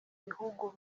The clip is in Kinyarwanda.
bihugu